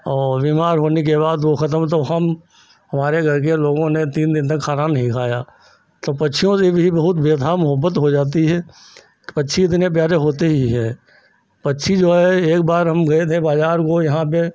और बीमार होने के बाद वह ख़त्म तो हम हमारे घर एक लोगों ने तीन दिन तक खाना नहीं खाया तो पक्षियों से भी बहुत बेइंतेहा मोहब्बत हो जाती है पक्षी उतने प्यारे होते ही है पक्षी जो है एक बार हम गए थे बाज़ार को यहाँ पर